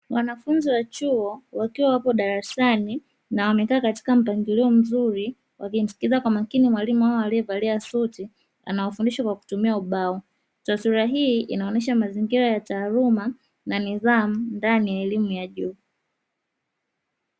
Wanafunzi wa chuo wakiwa wapo darasani na wamekaa katika mpangilio mzuri wakimsikiliza kwa makini mwalimu wao aliyevalia suti, anawafundisha Kwa kutumia ubao. Taswira hii inaonyesha mazingira ya taaluma na nidhamu ndani ya elimu ya juu.